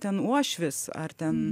ten uošvis ar ten